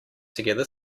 together